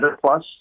Plus